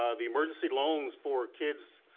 um the emergency loans for kids,